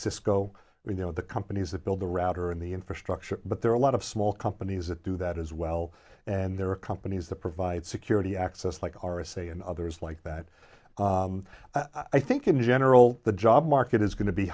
cisco you know the companies that build the router and the infrastructure but there are a lot of small companies that do that as well and there are companies that provide security access like are a say and others like that i think in general the job market is going to be